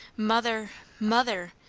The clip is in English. mother, mother!